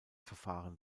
verfahren